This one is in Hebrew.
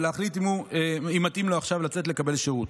ולהחליט אם מתאים לו עכשיו לצאת לקבל שירות.